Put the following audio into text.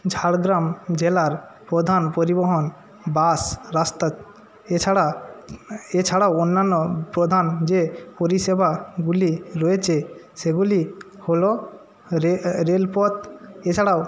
ঝাড়গ্রাম জেলার প্রধান পরিবহণ বাস রাস্তা এছাড়া এছাড়াও অন্যান্য প্রধান যে পরিষেবাগুলি রয়েছে সেগুলি হলো রেলপথ এছাড়াও